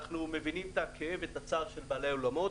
אנחנו מבינים את הכאב והצער של בעלי האולמות,